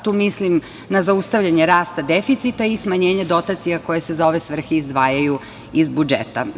Tu mislim na zaustavljanje rasta deficita i smanjenje dotacija koje se za ove svrhe izdvajaju iz budžeta.